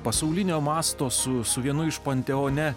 pasaulinio masto su su vienu iš panteone